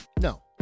No